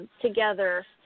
together